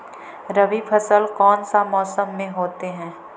रवि फसल कौन सा मौसम में होते हैं?